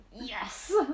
Yes